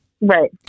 right